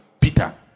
peter